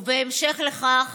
ובהמשך לכך